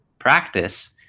practice